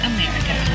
America